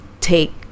take